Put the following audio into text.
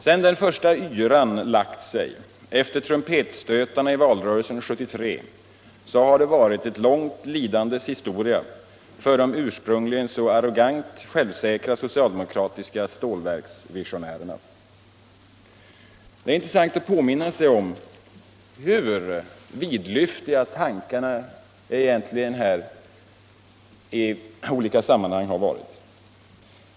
Sedan den första yran lagt sig efter trumpetstötarna i valrörelsen 1973, har det varit ett långt lidandes historia för de ursprungligen så arrogant självsäkra socialdemokratiska stålverksvisionärerna. Det är intressant att påminna om hur vidlyftiga tankarna i olika sammanhang egentligen har varit.